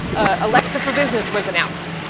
alexa for business was announced.